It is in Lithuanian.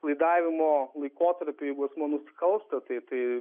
laidavimo laikotarpiu jeigu asmuo nusikalsta tai tai